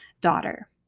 daughter